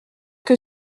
que